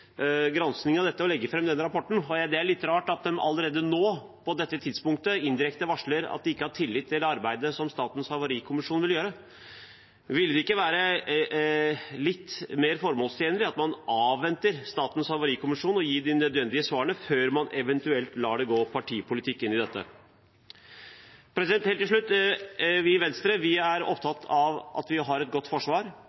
av dette og legge fram den rapporten. Det er litt rart at de allerede nå, på dette tidspunktet, indirekte varsler at de ikke har tillit til det arbeidet som Statens havarikommisjon vil gjøre. Ville det ikke være litt mer formålstjenlig å avvente at Statens havarikommisjon gir de nødvendige svarene før man eventuelt lar det gå partipolitikk inn i dette? Helt til slutt: Vi i Venstre er opptatt av at vi